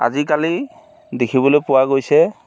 আজিকালি দেখিবলৈ পোৱা গৈছে